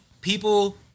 People